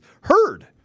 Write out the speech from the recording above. heard